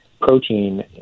protein